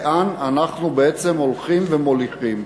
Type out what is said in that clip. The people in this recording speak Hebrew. לאן אנחנו בעצם הולכים ומוליכים.